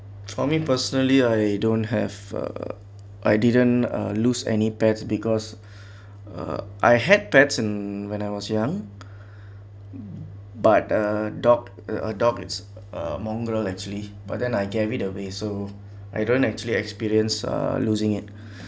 for me personally I don't have uh I didn't uh lose any pets because uh I had pets in when I was young but uh dog uh dog is a mongol actually but then I gave it away so I don't actually experience uh losing it